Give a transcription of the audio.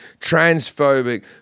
transphobic